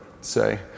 say